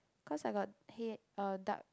cause I got hei err dark